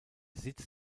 sitz